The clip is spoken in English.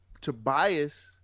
Tobias